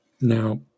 now